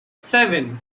seven